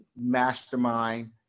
mastermind